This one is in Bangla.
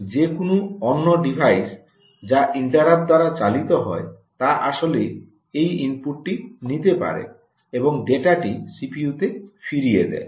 যে কোনও অন্য ডিভাইস যা ইন্টারাপ্ট দ্বারা চালিত হয় তা আসলে এই ইনপুটটি নিতে পারে এবং ডেটাটি সিপিইউতে ফিরিয়ে দেয়